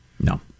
No